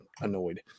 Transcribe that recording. annoyed